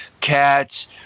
cats